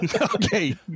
Okay